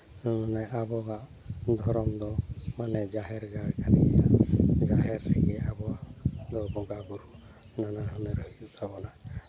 ᱢᱟᱱᱮ ᱟᱵᱚᱣᱟᱜ ᱫᱷᱚᱨᱚᱢ ᱫᱚ ᱚᱱᱮ ᱡᱟᱦᱮᱨ ᱜᱟᱲ ᱠᱟᱱᱟ ᱡᱟᱦᱮᱨ ᱨᱮᱜᱮ ᱟᱵᱚᱣᱟᱜ ᱫᱚ ᱵᱚᱸᱜᱟ ᱵᱳᱨᱳ ᱢᱟᱱᱟᱣ ᱜᱩᱱᱟᱹᱣ ᱦᱩᱭᱩᱜ ᱛᱟᱵᱚᱱᱟ